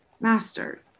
master